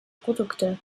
produkte